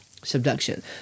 subduction